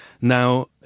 Now